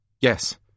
Yes